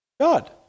God